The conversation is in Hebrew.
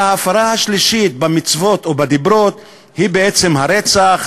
וההפרה השלישית במצוות או בדיברות היא בעצם הרצח.